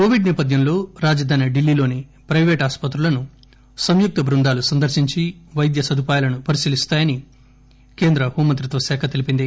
Covid నేపథ్యంలో రాజధాని ఢిల్లీలోని ప్రెవేటు ఆస్పత్రులను సంయుక్త బృందాలు సందర్భించి వైద్య సదుపాయాలను పరిశీలిస్తాయని కేంద్ర హోంమంత్రిత్వ శాఖ తెలిపింది